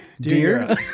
Dear